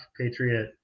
Patriot